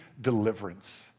deliverance